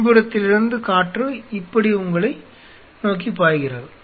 பின்புறத்திலிருந்து காற்று இப்படி உங்களை நோக்கி பாய்கிறது